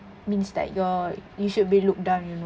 means that you're you should be looked down you know